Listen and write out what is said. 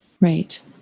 Right